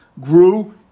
grew